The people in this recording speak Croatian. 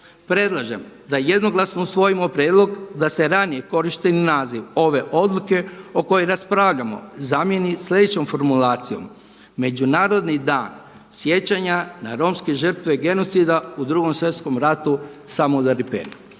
Predlažem da jednoglasno usvojimo prijedlog da se ranije korišteni naziv ove odluke o kojoj raspravljamo zamijeni sljedećom formulacijom: „Međunarodni dan sjećanja na Romske žrtve genocida u Drugom svjetskom ratu „samudaripen“.